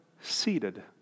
seated